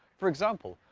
for example,